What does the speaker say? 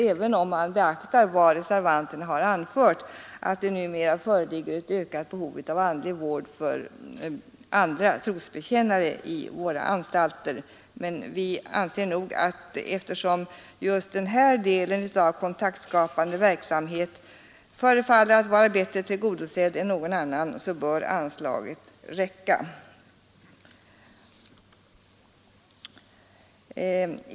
Även om man beaktar vad reservanterna har anfört, nämligen att det numera föreligger ett ökat behov av andlig vård för andra trosbekännare i våra anstalter, anser vi att eftersom just denna delav kontaktskapande verksamhet förefaller vara bättre tillgodosedd än någon annan bör anslaget räcka.